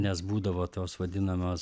nes būdavo tos vadinamos